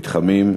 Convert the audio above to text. מתחמים,